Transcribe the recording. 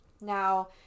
Now